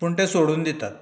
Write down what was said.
पूण तें सोडून दितात